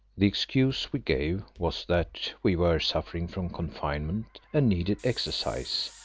the excuse we gave was that we were suffering from confinement and needed exercise,